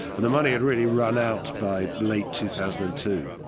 and the money had really run out by late two thousand and two.